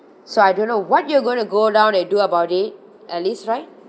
so I don't know what you're going to go down and do about it at least right